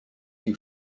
you